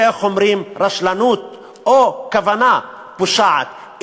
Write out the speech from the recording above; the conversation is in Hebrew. זה רשלנות או כוונה פושעת,